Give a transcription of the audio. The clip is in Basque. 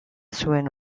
zuen